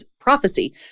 prophecy